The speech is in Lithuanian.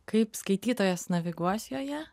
kaip skaitytojas naviguos joje